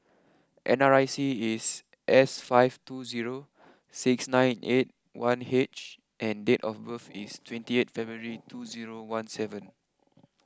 N R I C is S five two zero six nine eight one H and date of birth is twenty eight February two zero one seven